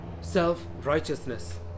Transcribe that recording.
self-righteousness